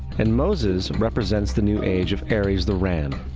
and moses represents the new age of aries the ram.